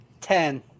Ten